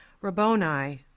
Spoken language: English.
Rabboni